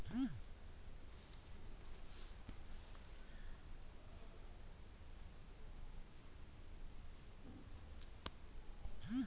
ನಮ್ಮ ಬ್ಯಾಂಕಿಗೆ ಹೋಗಿ ಹೊಸ ಚೆಕ್ಬುಕ್ಗಾಗಿ ಅರ್ಜಿಯನ್ನು ಹಾಕಬೇಕು